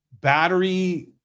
battery